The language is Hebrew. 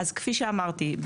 כפי שאמרתי,